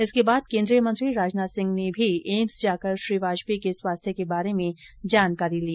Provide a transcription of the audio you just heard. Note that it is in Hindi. इसके बाद केंद्रीय मंत्री राजनाथ सिंह ने भी एम्स जाकर श्री वाजपेयी की स्वास्थ्य के बारे में जानकारी ली